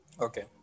Okay